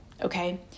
okay